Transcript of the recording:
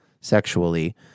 sexually